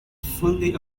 fully